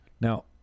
Now